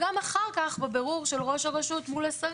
עוסק בדיוק בשאלה הזו מורשה להיתר שמוציא היתר רישוי